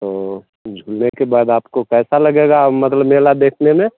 तो झूलने के बाद आपको पैसा लगेगा मतलब मेला देखने में